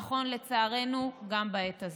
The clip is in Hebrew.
נכון לצערנו גם בעת הזאת.